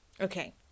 Okay